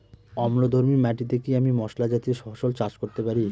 অম্লধর্মী মাটিতে কি আমি মশলা জাতীয় ফসল চাষ করতে পারি?